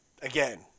Again